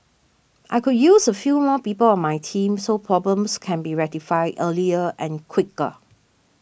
I could use a few more people on my team so problems can be rectified earlier and quicker